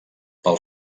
pel